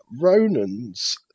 Ronan's